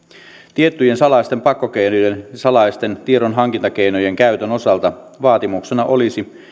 tiettyjen salaisten pakkokeinojen ja salaisten tiedonhankintakeinojen käytön osalta vaatimuksena olisi